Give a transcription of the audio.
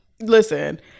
Listen